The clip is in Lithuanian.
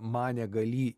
manė galį